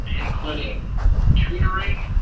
including tutoring,